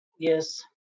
yes